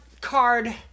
card